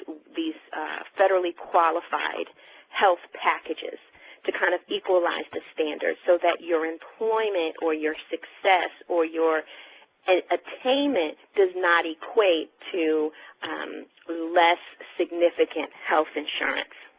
these federally qualified health packages to kind of equalize the standard so that your employment or your success or your attainment does not equate to less significant health insurance.